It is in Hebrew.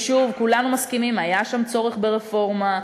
ושוב, כולנו מסכימים, היה שם צורך ברפורמה.